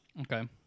Okay